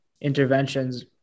interventions